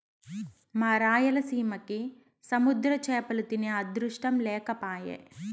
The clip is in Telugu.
మా రాయలసీమకి సముద్ర చేపలు తినే అదృష్టం లేకపాయె